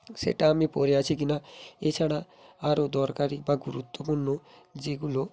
সেটা আমি পরে আছি কিনা এছাড়া আরো দরকারি বা গুরুত্বপূর্ণ যেগুলো